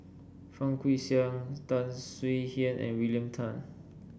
Fang Guixiang Tan Swie Hian and William Tan